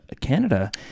Canada